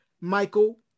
Michael